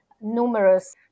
numerous